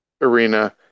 Arena